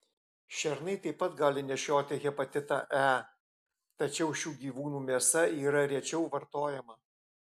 šernai taip pat gali nešioti hepatitą e tačiau šių gyvūnų mėsa yra rečiau vartojama